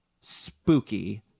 Spooky